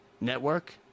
network